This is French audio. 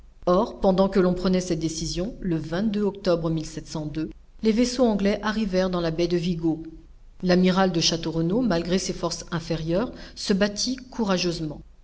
or pendant que l'on prenait cette décision le octobre les vaisseaux anglais arrivèrent dans la baie de vigo l'amiral de château renaud malgré ses forces inférieures se battit courageusement